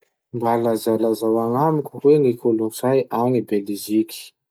Mba lazalazao agnamiko hoe ny kolotsay agny Beliziky?